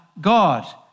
God